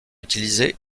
utilisés